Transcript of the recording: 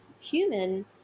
human